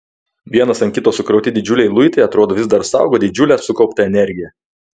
vienas ant kito sukrauti didžiuliai luitai atrodo vis dar saugo didžiulę sukauptą energiją